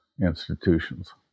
institutions